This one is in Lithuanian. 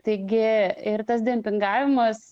taigi ir tas dempingavimas